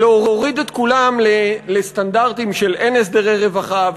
ולהוריד את כולם לסטנדרטים של אין הסדרי רווחה,